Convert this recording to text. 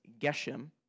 geshem